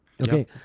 Okay